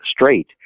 straight